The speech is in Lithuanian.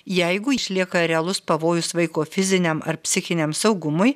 jeigu išlieka realus pavojus vaiko fiziniam ar psichiniam saugumui